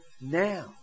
now